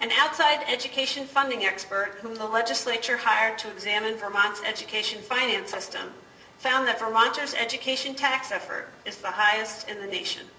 and outside education funding expert who the legislature hired to examine for months education finance system found that the rogers education tax effort is the highest in the nation